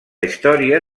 història